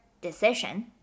decision